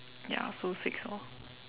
ya so six orh